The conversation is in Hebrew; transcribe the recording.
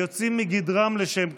ויוצאים מגדרם לשם כך.